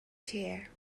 chair